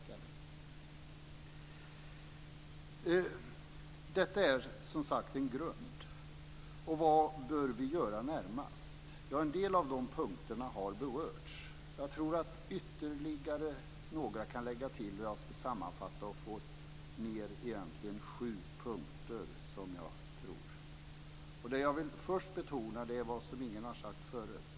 Detta är som sagt en grund. Vad bör vi göra närmast? En del av de punkterna har berörts. Jag tror att ytterligare några kan läggas till. Jag ska sammanfatta detta och ta upp sju punkter som jag tror måste beaktas. Först vill jag betona en sak som ingen har sagt förut.